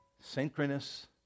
Synchronous